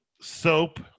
Soap